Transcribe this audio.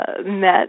met